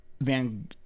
Van